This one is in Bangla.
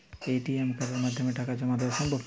এ.টি.এম কার্ডের মাধ্যমে টাকা জমা দেওয়া সম্ভব?